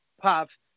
pops